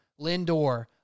Lindor